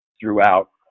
throughout